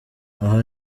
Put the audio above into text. aha